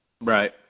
Right